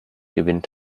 gewinnen